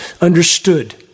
understood